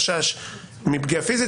חשש מפגיעה פיזית,